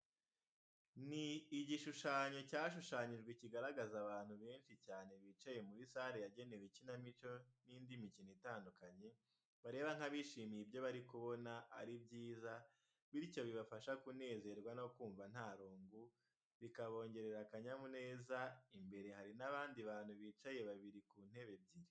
Ni igishushanyo cyashushanyijwe kigaragaza abantu benshi cyane bicaye muri sare yagenewe ikinamico n'indi mikino itandukanye bareba nk'abishimiye ibyo bari kubona ari byiza, bityo bibafasha kunezerwa no kumva ntarungu bikabongerera akanyamuneza, imbere hari n'abandi bantu bicaye babiri ku ntebe ebyiri.